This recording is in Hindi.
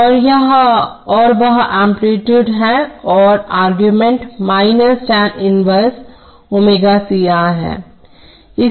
और वह एम्पलीटूड है औरआर्गुमेंट minus tan inverse ω c R है